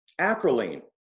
Acrolein